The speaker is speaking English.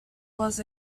was